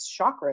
chakras